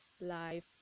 live